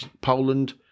Poland